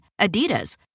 Adidas